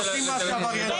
שעושים משהו עברייני?